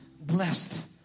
blessed